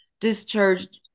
discharged